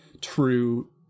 true